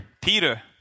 Peter